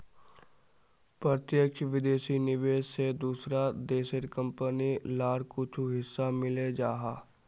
प्रत्यक्ष विदेशी निवेश से दूसरा देशेर कंपनी लार कुछु हिस्सा मिले जाहा